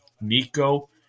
Nico